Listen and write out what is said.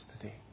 today